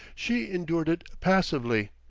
she endured it passively,